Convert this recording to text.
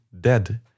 dead